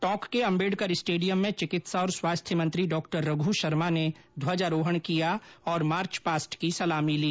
टोंक के अम्बेडकर स्टेडियम में चिकित्सा और स्वास्थ्य मंत्री डॉ रघू शर्मा ने ध्वजवारोहण किया और मार्च पास्ट की सलामी ली